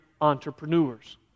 entrepreneurs